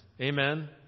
amen